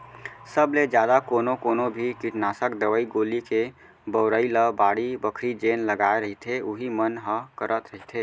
सब ले जादा कोनो कोनो भी कीटनासक दवई गोली के बउरई ल बाड़ी बखरी जेन लगाय रहिथे उही मन ह करत रहिथे